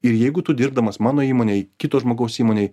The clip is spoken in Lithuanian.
ir jeigu tu dirbdamas mano įmonėj kito žmogaus įmonėj